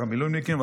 מילואימניקים,